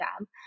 job